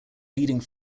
leading